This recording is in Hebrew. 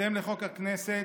בהתאם לחוק הכנסת,